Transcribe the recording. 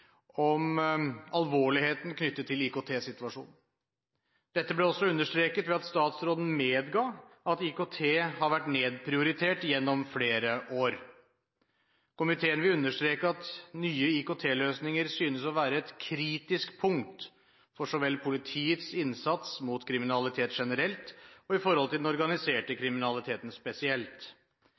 om alvorligheten knyttet til IKT-situasjonen. Dette ble også understreket ved at statsråden medga at IKT har vært nedprioritert gjennom flere år. Komiteen vil understreke at nye IKT-løsninger synes å være et kritisk punkt for så vel politiets innsats mot kriminalitet generelt og i forhold til den organiserte kriminaliteten spesielt.